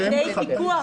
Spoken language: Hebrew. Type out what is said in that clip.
עובדי פיקוח.